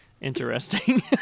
Interesting